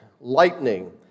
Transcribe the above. lightning